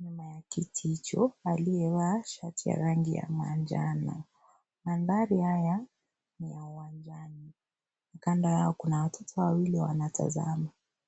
nyuma ya kiti hicho. Aliyevaa shati ya rangi ya manjano. Mandhari haya ni ya uwanjani. Kando yao kuna watoto wawili wanatazama.